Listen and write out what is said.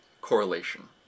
correlation